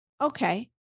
Okay